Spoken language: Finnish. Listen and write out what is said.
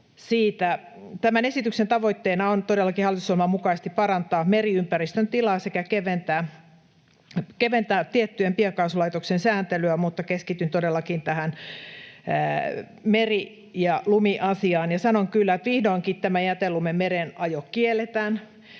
Tämän esityksen tavoitteena on todellakin hallitusohjelman mukaisesti parantaa meriympäristön tilaa sekä keventää tiettyjen biokaasulaitosten sääntelyä, mutta keskityn todellakin tähän meri- ja lumiasiaan ja sanon kyllä, että vihdoinkin tämä jätelumen mereenajo kielletään.